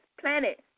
planet